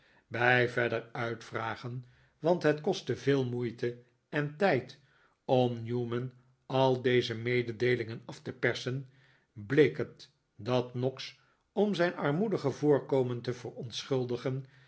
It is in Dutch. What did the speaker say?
bij verder uitvragen want het kostte veel moeite en tijd om newman al deze mededeelingen af te persen bleek het dat noggs om zijn armoedige voorkomen te verontschuldigen